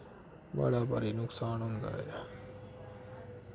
बड़ा भारी नकसान होंदा ऐ